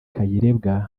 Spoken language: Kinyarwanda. kayirebwa